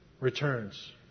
returns